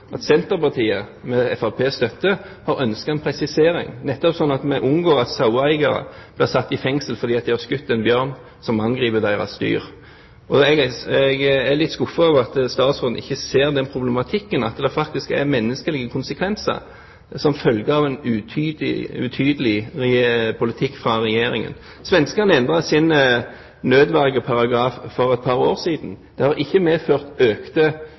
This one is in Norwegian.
unngår at saueeiere blir satt i fengsel fordi de har skutt en bjørn som har angrepet dyrene deres. Jeg er litt skuffet over at statsråden ikke ser den problematikken, at det er menneskelige konsekvenser som følge av en utydelig politikk fra Regjeringen. Svenskene endret sin nødvergeparagraf for et par år siden. Det har ikke medført